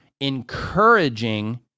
encouraging